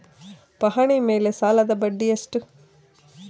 ಪಹಣಿ ಮೇಲೆ ಸಾಲದ ಬಡ್ಡಿ ಎಷ್ಟು?